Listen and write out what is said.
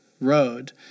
road